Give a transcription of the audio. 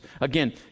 Again